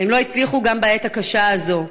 הם לא הצליחו גם בעת הקשה הזאת.